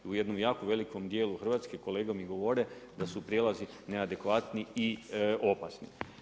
U jednom jako velikom dijelu Hrvatske kolege mi govore da su prijelazi neadekvatni i opasni.